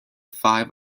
five